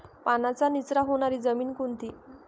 पाण्याचा निचरा होणारी जमीन कोणती?